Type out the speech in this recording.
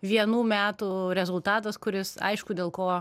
vienų metų rezultatas kuris aišku dėl ko